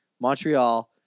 Montreal